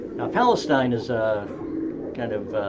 palestine is a kind of